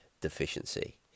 deficiency